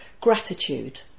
gratitude